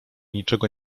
niczego